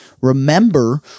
remember